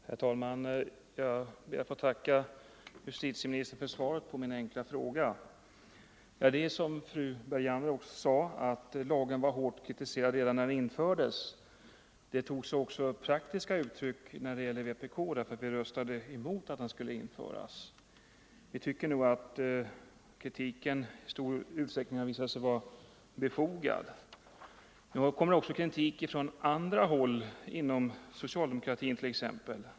Herr talman! Jag ber att få tacka justitieministern för svaret på min enkla fråga. Som fru Bergander sade kritiserades lagen hårt redan när den infördes. För vpk:s del tog sig den kritiken praktiska uttryck, eftersom vi röstade mot att den skulle antagas. Vi tycker nog att kritiken i stor utsträckning har visat sig befogad. Nu framförs också kritik från andra håll, t.ex. inom socialdemokratin.